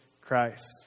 Christ